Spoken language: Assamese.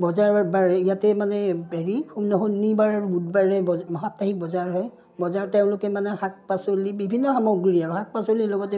বজাৰৰ বাৰে ইয়াতে মানে হেৰি শনিবাৰ বুধবাৰে সাপ্তাহিক বজাৰ হয় বজাৰত তেওঁলোকে মানে শাক পাচলি বিভিন্ন সামগ্ৰী আৰু শাক পাচলিৰ লগতে